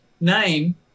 name